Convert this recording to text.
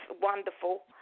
wonderful